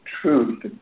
truth